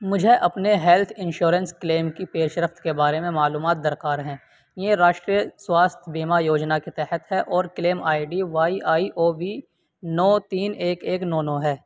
مجھے اپنے health insurance claim کی پیشرفت کے بارے میں معلومات درکار ہیں یہ راشٹریہ سواستھ بیمہ یوجنا کے تحت ہے اور claim I D Y I O V نو تین ایک ایک نو نو ہے